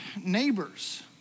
neighbors